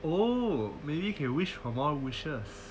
oh maybe you can wish for more wishes